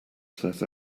south